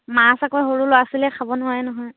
মাছ আকৌ সৰু ল'ৰা ছোৱালীয়ে খাব নোৱাৰে নহয়